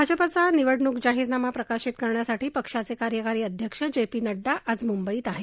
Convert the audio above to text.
भाजपाचा निवडणूक जाहीरनामा प्रकाशित करण्यासाठी पक्षाचे कार्यकारी अध्यक्ष जे पी नङ्डा आज मुंबईत आहेत